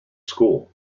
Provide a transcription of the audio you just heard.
school